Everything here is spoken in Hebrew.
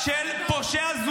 שאלת מה הוא עשה.